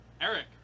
Eric